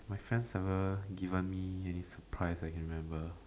my friends never given me any surprise I can remember